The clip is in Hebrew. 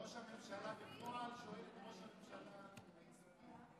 ראש הממשלה בפועל שואל את ראש הממשלה הייצוגי.